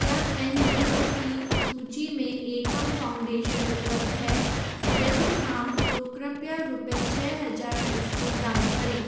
क्या N G O की सूची में एकम फाउंडेशन उपलब्ध है यदि हाँ तो कृपया रुपये छह हज़ार इसको दान करें